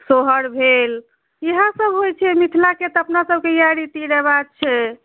सोहर भेल इएहसभ होइत छै मिथिलाके तऽ अपनासभके इएह रीति रिवाज छै